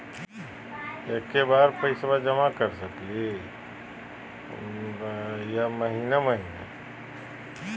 एके बार पैस्बा जमा कर सकली बोया महीने महीने?